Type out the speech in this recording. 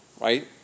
right